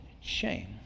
shame